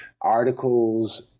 articles